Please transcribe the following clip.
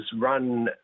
run